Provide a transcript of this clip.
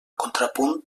contrapunt